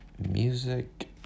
Music